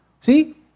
see